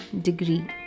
degree